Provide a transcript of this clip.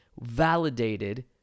validated